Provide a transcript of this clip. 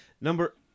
Number